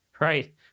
right